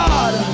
God